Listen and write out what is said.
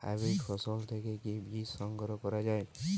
Hybrid ফসল থেকে কি বীজ সংগ্রহ করা য়ায়?